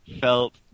felt